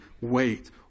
wait